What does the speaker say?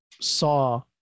saw